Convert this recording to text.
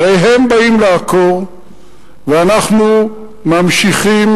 הרי הם באים לעקור ואנחנו ממשיכים,